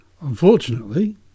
unfortunately